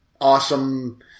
awesome